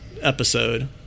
episode